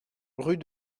rue